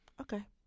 okay